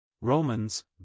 Romans